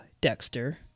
Dexter